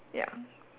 ya